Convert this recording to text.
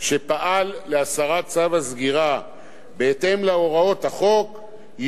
ייעשה על-ידי המפקד הצבאי רק לאחר שנוכח כי